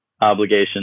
obligation